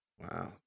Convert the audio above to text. Wow